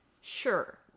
Sure